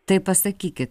tai pasakykit